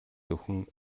зөвхөн